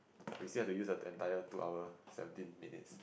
we still have to use the entire two hour seventeen minutes